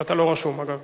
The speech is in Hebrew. אתה לא רשום, אגב.